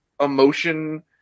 emotion